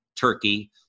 Turkey